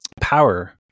power